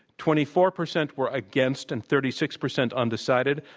twenty four percent were against, and thirty six percent undecided.